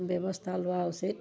ব্যৱস্থা লোৱা উচিত